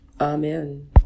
Amen